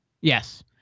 Yes